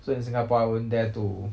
so in singapore I won't dare to